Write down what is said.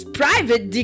private